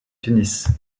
tunis